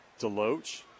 Deloach